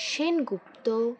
Sengupta